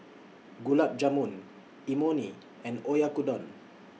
Gulab Jamun Imoni and Oyakodon